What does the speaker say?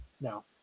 No